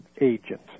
agent